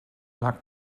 lag